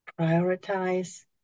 Prioritize